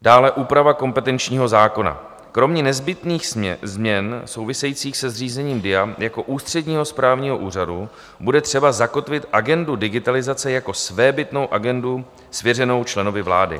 Dále úprava kompetenčního zákona kromě nezbytných změn souvisejících se zřízením DIA jako ústředního správního úřadu bude třeba zakotvit agendu digitalizace jako svébytnou agendu svěřenou členovi vlády.